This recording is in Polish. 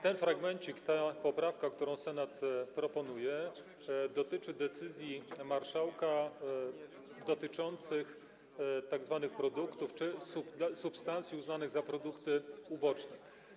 Ten fragmencik, ta poprawka, którą Senat proponuje, dotyczy decyzji marszałka w sprawie tzw. produktów czy substancji uznanych za produkty uboczne.